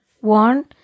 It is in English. One